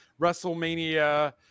wrestlemania